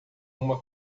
uma